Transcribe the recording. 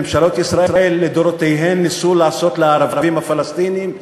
ממשלות ישראל לדורותיהן ניסו לעשות לערבים הפלסטינים,